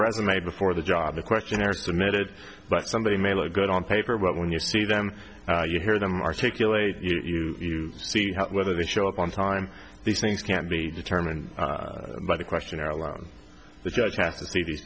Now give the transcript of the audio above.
resume before the job the questionnaire submitted by somebody may look good on paper but when you see them you hear them articulate you see how whether they show up on time these things can be determined by the questionnaire alone the judge has to see these